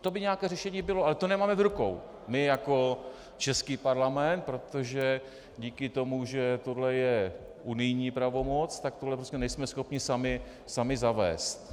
To by nějaké řešení bylo, ale to nemáme v rukou my jako český parlament, protože díky tomu, že tohle je unijní pravomoc, tak tohle nejsme schopni sami zavést.